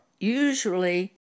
usually